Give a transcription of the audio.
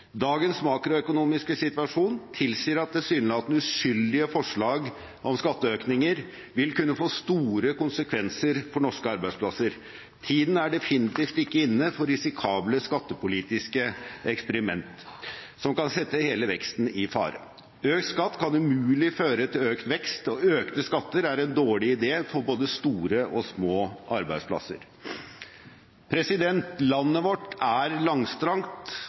Dagens makroøkonomiske situasjon tilsier at tilsynelatende uskyldige forslag om skatteøkninger vil kunne få store konsekvenser for norske arbeidsplasser. Tiden er definitivt ikke inne for risikable skattepolitiske eksperiment som kan sette hele veksten i fare. Økt skatt kan umulig føre til økt vekst, og økte skatter er en dårlig idé for både store og små arbeidsplasser. Landet vårt er